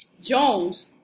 Jones